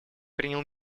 принял